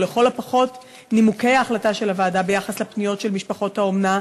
או לכל הפחות נימוקי ההחלטה של הוועדה ביחס לפניות של משפחות האומנה,